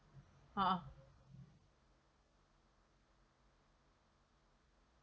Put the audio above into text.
ah